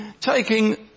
taking